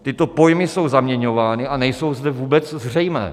Tyto pojmy jsou zaměňovány a nejsou zde vůbec zřejmé.